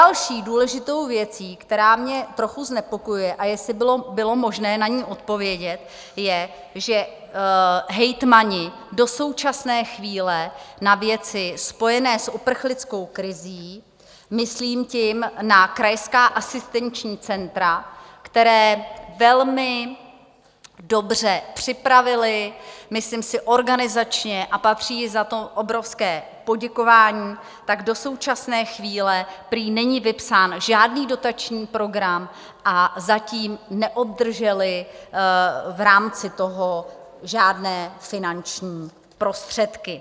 Další důležitou věcí, která mě trochu znepokojuje, a jestli by bylo možné na ni odpovědět, je, že hejtmani do současné chvíle na věci spojené s uprchlickou krizí myslím tím na krajská asistenční centra, která velmi dobře připravili, myslím si, organizačně a patří jim za to obrovské poděkování do současné chvíle prý není vypsán žádný dotační program a zatím neobdrželi v rámci toho žádné finanční prostředky.